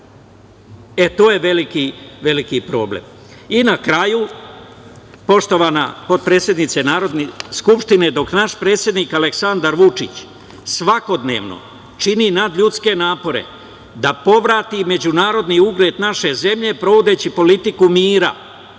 To je veliki problem. Na kraju, poštovana potpredsednice Narodne skupštine, dok naš predsednik Aleksandar Vučić svakodnevno čini nadljudske napore da povrati međunarodni ugled naše zemlje sprovodeći politiku mira,